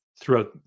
throughout